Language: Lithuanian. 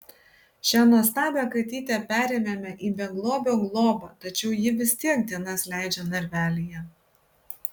šią nuostabią katytę perėmėme į beglobio globą tačiau ji vis tiek dienas leidžia narvelyje